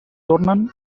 tornen